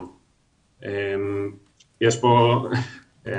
אותו ואנחנו מכירים כמה וכמה מקרים שבאמת לא נרשם על בסיסו.